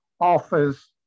offers